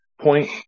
point